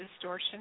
distortion